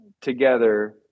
together